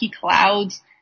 clouds